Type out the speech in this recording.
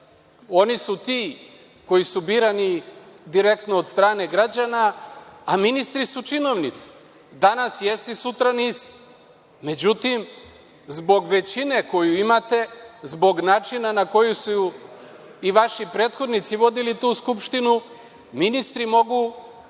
Oni su ti koji su birani direktno od strane građana, a ministri su činovnici, danas jesi, sutra nisi.Međutim, zbog većine koju imate, zbog načina na koji su i vaši prethodnici vodili tu Skupštinu, ministri misle